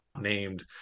named